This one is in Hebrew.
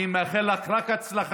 אני מאחל לך רק הצלחה,